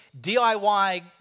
DIY